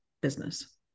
business